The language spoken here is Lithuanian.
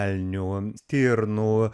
elnių stirnų